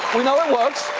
we know it works.